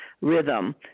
rhythm